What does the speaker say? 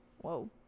whoa